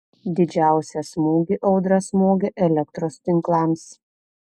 didžiausią smūgį audra smogė elektros tinklams